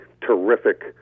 terrific